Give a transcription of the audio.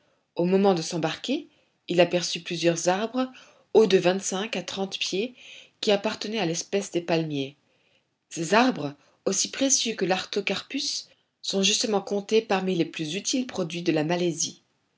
au moment de s'embarquer il aperçut plusieurs arbres hauts de vingt-cinq à trente pieds qui appartenaient à l'espèce des palmiers ces arbres aussi précieux que l'artocarpus sont justement comptés parmi les plus utiles produits de la malaisie